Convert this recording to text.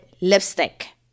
lipstick